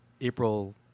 April